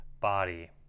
body